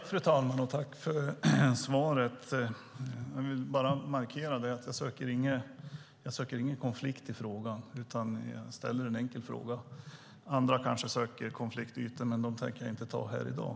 Fru talman! Jag vill markera att jag inte söker någon konflikt utan bara ställer en enkel fråga. Andra kanske söker konfliktytor, men det tänker jag inte bry mig om här i dag.